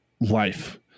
life